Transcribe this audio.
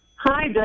Hi